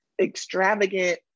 extravagant